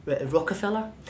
Rockefeller